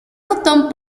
otón